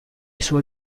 suoi